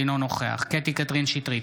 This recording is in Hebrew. אינו נוכח קטי קטרין שטרית,